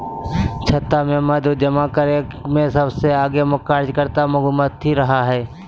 छत्ता में मध जमा करे में सबसे आगे कार्यकर्ता मधुमक्खी रहई हई